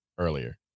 earlier